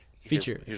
feature